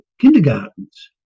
kindergartens